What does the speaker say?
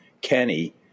Kenny